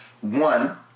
one